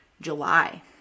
July